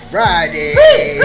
Friday